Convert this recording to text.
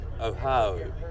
Ohio